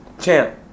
Champ